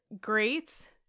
great